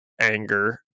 anger